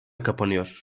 kapanıyor